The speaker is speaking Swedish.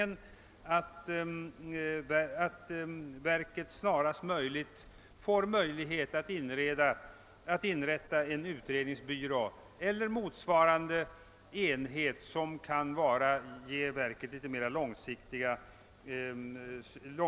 En del av dessa motioner remitteras till bl.a. trafiksäkerhetsverket, som ibland tillstyrker utredning.